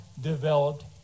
developed